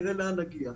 נראה לאן נגיע.